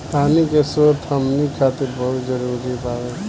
पानी के स्रोत हमनी खातीर बहुत जरूरी बावे